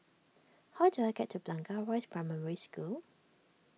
how do I get to Blangah Rise Primary School